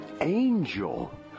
angel